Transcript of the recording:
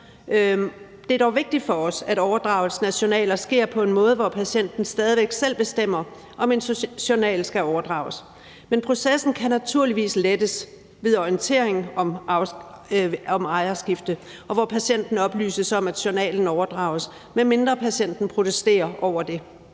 Det er dog vigtigt for os, at overdragelsen af journaler sker på en måde, hvor patienten stadig væk selv bestemmer, om en journal skal overdrages. Men processen kan naturligvis lettes ved orientering om ejerskifte, hvor patienten oplyses om, at journalen overdrages, medmindre patienten protesterer over det.